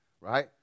right